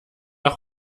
nach